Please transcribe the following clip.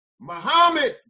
Muhammad